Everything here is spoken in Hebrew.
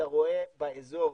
אתה רואה באזור,